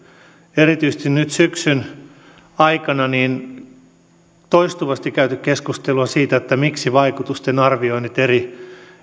erityisesti nyt syksyn aikana toistuvasti käyty keskusteluja siitä miksi vaikutusten arvioinnit eri